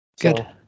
good